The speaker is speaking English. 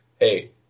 Hey